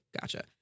Gotcha